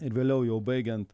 ir vėliau jau baigiant